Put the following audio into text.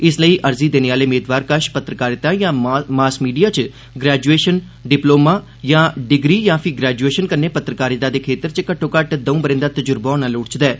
इस लेई अर्जी देने आले मेदवार कष पत्रकारिता जां मॉस मीडिया च ग्रैजुएषन डिपलोमा जां डिग्री जां फी ग्रैजुएषन कन्नै पत्रकारिता दे क्षेत्र च घट्टो घट्ट दऊं ब'रें दा तजुर्बा होना लोड़चदा ऐ